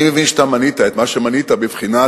אני מבין שאתה מנית את מה שמנית בבחינת